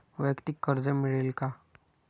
वैयक्तिक कर्ज मिळेल का?